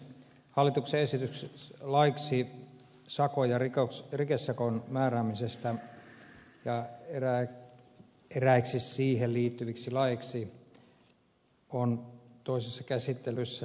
hallituksen esitys laiksi sakon ja rikesakon määräämisestä ja eräiksi siihen liittyviksi laeiksi on toisessa käsittelyssä